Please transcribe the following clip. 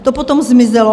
To potom zmizelo.